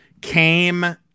came